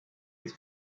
his